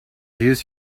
use